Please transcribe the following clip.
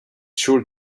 sure